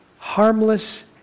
harmless